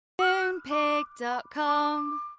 Moonpig.com